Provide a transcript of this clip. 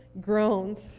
groans